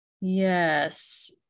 Yes